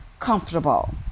comfortable